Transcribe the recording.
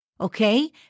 Okay